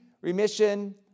Remission